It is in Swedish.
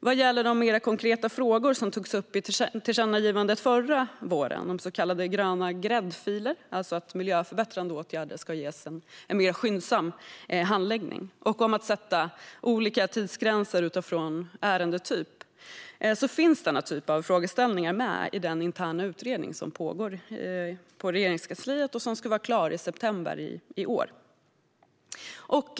Sedan gäller det de mer konkreta frågor som togs upp i tillkännagivandet förra våren om så kallade gröna gräddfiler, alltså att miljöförbättrande åtgärder ska ges en mer skyndsam handläggning, och om att sätta olika tidsgränser utifrån ärendetyp. Denna typ av frågeställningar finns med i den interna utredning som pågår i Regeringskansliet och som ska vara klar i september i år.